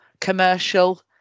commercial